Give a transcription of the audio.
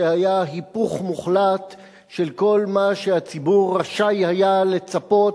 שהיה היפוך מוחלט של כל מה שהציבור רשאי היה לצפות